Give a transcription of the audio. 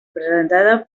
presentada